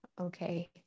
Okay